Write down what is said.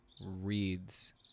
reads